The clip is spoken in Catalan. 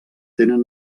tenen